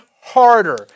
harder